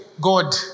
God